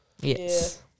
yes